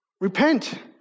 Repent